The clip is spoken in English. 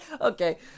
Okay